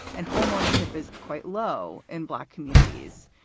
and home ownership is quite low in black communities.